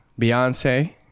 Beyonce